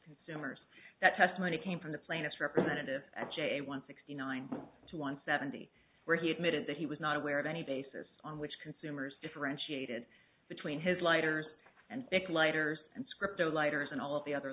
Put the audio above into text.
consumers that testimony came from the plaintiffs representative of j one sixty nine to one seventy where he admitted that he was not aware of any basis on which consumers differentiated between his lighters and big lighters and scripted lighters and all of the other